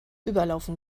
überlaufen